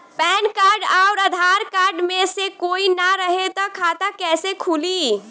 Pan card आउर Aadhaar card मे से कोई ना रहे त खाता कैसे खुली?